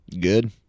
good